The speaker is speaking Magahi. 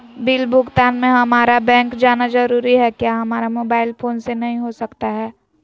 बिल भुगतान में हम्मारा बैंक जाना जरूर है क्या हमारा मोबाइल फोन से नहीं हो सकता है?